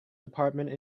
department